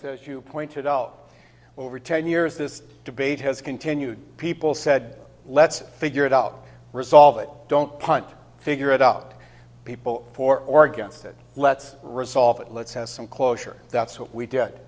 as you pointed out will return years this debate has continued people said let's figure it out resolve it don't punt figure it out people for or against it let's resolve it let's have some closure that's what we d